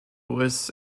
lists